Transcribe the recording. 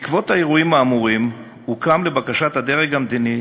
בעקבות האירועים האמורים הוקם לבקשת הדרג המדיני